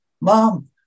Mom